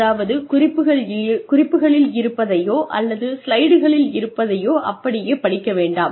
அதாவது குறிப்புகளில் இருப்பதையோ அல்லது ஸ்லைடுகளில் இருப்பதையோ அப்படியே படிக்க வேண்டாம்